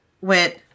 went